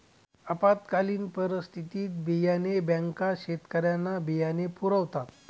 आपत्कालीन परिस्थितीत बियाणे बँका शेतकऱ्यांना बियाणे पुरवतात